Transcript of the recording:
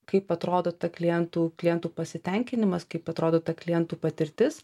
kaip atrodo ta klientų klientų pasitenkinimas kaip atrodo ta klientų patirtis